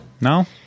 No